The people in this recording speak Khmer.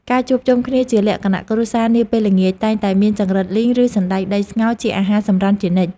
ការជួបជុំគ្នាជាលក្ខណៈគ្រួសារនាពេលល្ងាចតែងតែមានចង្រិតលីងឬសណ្តែកដីស្ងោរជាអាហារសម្រន់ជានិច្ច។